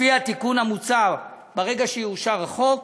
לפי התיקון המוצע, ברגע שיאושר החוק,